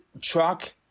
Truck